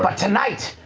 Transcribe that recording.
but tonight,